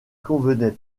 convenait